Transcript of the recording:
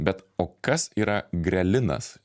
bet o kas yra grelinas